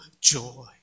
joy